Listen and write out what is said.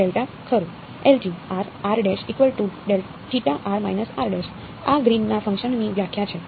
delta ખરું આ Green ના ફંકશનની વ્યાખ્યા છે